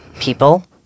people